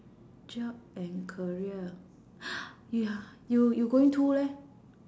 job and career ya you you going to leh